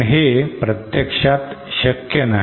पण हे प्रत्यक्षात शक्य नाही